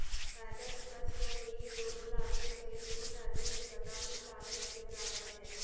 फायदा स्पष्ट और निहित दोनों लागतों सहित कुल राजस्व घटा कुल लागत के बराबर है